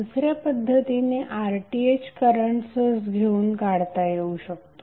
दुसऱ्या पद्धतीने RTh current source घेऊन काढता येऊ शकतो